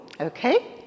okay